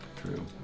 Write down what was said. True